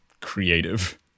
creative